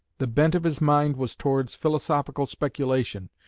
the bent of his mind was towards philosophical speculation,